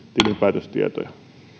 tilinpäätöstietoja